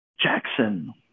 Jackson